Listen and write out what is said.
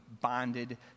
bonded